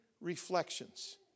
reflections